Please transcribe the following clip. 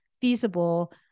feasible